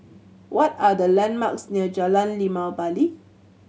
what are the landmarks near Jalan Limau Bali